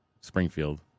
Springfield